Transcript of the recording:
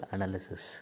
Analysis